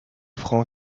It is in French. francs